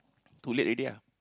too late already lah